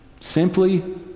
Simply